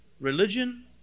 religion